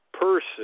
person